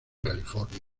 california